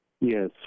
Yes